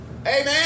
Amen